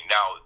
Now